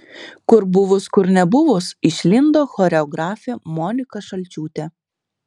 kur buvus kur nebuvus išlindo choreografė monika šalčiūtė